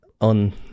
on